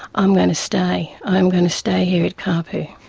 i'm going to stay, i'm going to stay here at caaapu.